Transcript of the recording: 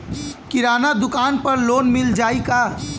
किराना दुकान पर लोन मिल जाई का?